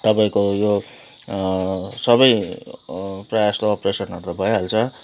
तपाईँको यो सबै प्रायः जस्तो अप्रेसनहरू त भइहाल्छ